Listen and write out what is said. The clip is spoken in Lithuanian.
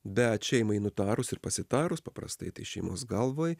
bet šeimai nutarus ir pasitarus paprastai tai šeimos galvai